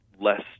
less